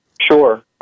sure